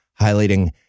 highlighting